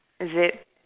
is it